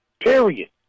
Period